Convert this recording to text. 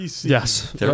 Yes